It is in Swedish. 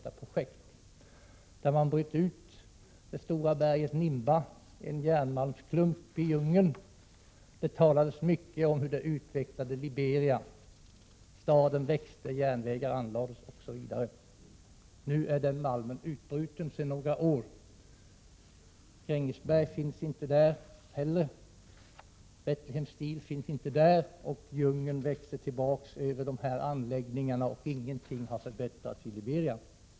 I djungeln bröt man ut en järnklump ur det stora berget Nimba. Det talades mycket om hur detta utvecklade Liberia. En stad växte upp, järnvägar anlades osv. Nu är malmen utbruten sedan några år tillbaka. Varken Grängesberg eller Betlehem Steel finns där längre, och djungeln växer igen över anläggningarna. Ingenting har förbättrats i Liberia.